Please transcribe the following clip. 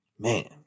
Man